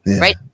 Right